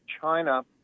China